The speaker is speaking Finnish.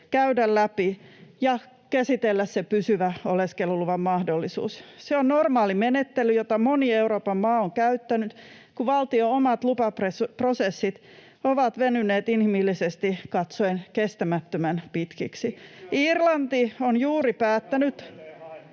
käydä läpi ja käsitellä se pysyvä oleskeluluvan mahdollisuus. Se on normaali menettely, jota moni Euroopan maa on käyttänyt, kun valtion omat lupaprosessit ovat venyneet inhimillisesti katsoen kestämättömän pitkiksi. [Ben Zyskowicz: